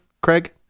Craig